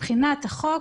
מבחינת החוק